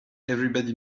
everybody